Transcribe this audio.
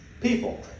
people